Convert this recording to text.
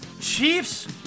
Chiefs